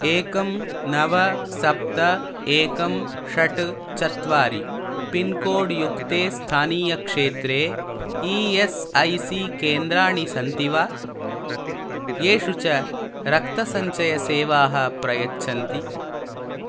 एकं नव सप्त एकं षट् चत्वारि पिन्कोड्युक्ते स्थानीयक्षेत्रे ई एस् ऐ सी केन्द्राणि सन्ति वा येषु च रक्तसञ्चयसेवाः प्रयच्छन्ति